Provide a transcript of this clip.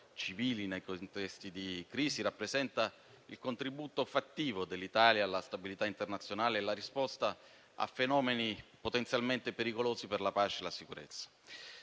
civile nei contesti di crisi, rappresenta il contributo fattivo dell'Italia alla stabilità internazionale e la risposta a fenomeni potenzialmente pericolosi per la pace e la sicurezza.